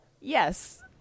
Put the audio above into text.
Yes